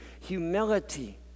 humility